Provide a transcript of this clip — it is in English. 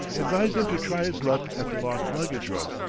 advised him to try his luck at the lost-luggage room,